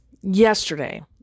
yesterday